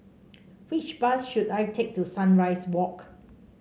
which bus should I take to Sunrise Walk